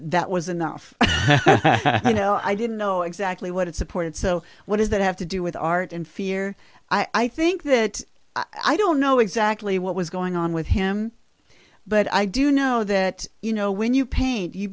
that was enough i know i didn't know exactly what it supported so what does that have to do with art and fear i think that i don't know exactly what was going on with him but i do know that you know when you paint you